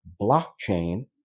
blockchain